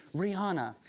rihanna.